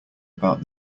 about